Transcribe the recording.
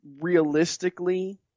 realistically